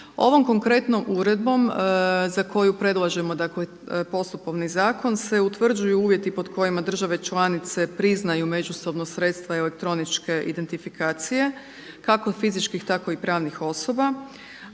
Ovom konkretnom uredbom za koju predlažemo dakle postupovni zakon se utvrđuju uvjeti pod kojima države članice priznaju međusobno sredstva i elektroničke identifikacije kako fizičkih tako i pravnih osoba